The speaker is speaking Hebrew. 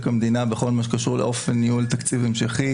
המדינה בכל מה שקשור לאופן ניהול תקציב המשכי.